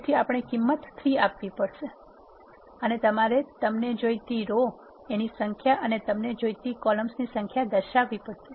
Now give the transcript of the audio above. તેથી આપણે કિંમત 3 આપવી પડશે અને તમારે તમને જોઈતી રો ની સંખ્યા અને તમને જોઈતી કોલમ્સ ની સંખ્યા દર્શાવવી પડશે